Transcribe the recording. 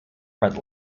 but